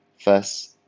First